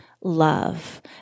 love